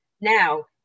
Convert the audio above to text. Now